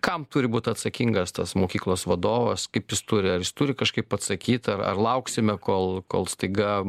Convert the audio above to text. kam turi būt atsakingas tas mokyklos vadovas kaip jis turi ar jis turi kažkaip atsakyt ar ar lauksime kol kol staiga